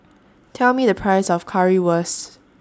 Tell Me The Price of Currywurst